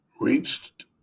Reached